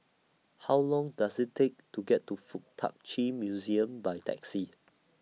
How Long Does IT Take to get to Fuk Tak Chi Museum By Taxi